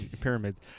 pyramids